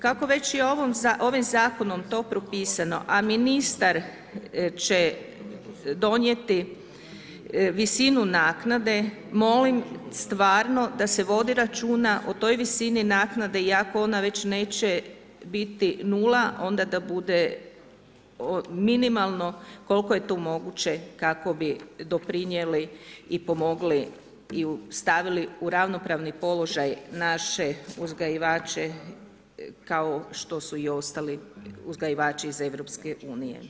Kako već i ovim zakonom to propisano, a ministar će donijeti visinu naknade molim stvarno da se vodi računa o toj visini naknade i ako ona već neće biti nula, onda da bude minimalno koliko je tu moguće kako bi doprinijeli, pomogli i stavili u ravnopravni položaj naše uzgajivače kao što su i ostali uzgajivači iz Europske unije.